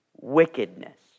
wickedness